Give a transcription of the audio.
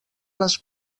les